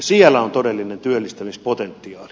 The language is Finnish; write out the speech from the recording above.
siellä on todellinen työllistämispotentiaali